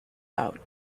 out